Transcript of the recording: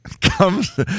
comes